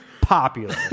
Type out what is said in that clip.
popular